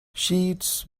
sheets